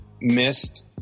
missed